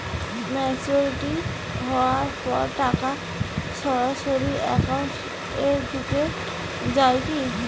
Maturity হওয়ার পর টাকা সরাসরি একাউন্ট এ ঢুকে য়ায় কি?